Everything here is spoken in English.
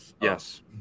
yes